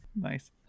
Nice